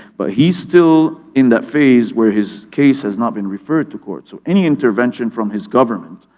but he's still in that phase where his case has not been referred to court so any intervention from his government,